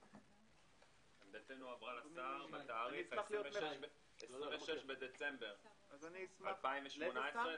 עמדתנו הועברה לשר ב-26 בדצמבר 2018. לאיזה שר?